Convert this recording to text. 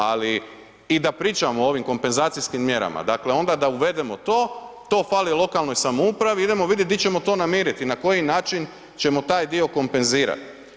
Ali i da pričamo o ovim kompenzacijskim mjerama, dakle onda da uvedemo to, to fali lokalnoj samoupravi idemo vidjeti gdje ćemo to namiriti, na koji način ćemo taj dio kompenzirati.